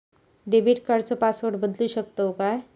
Debit कार्डचो password बदलु शकतव काय?